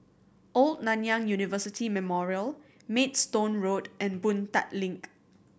Old Nanyang University Memorial Maidstone Road and Boon Tat Link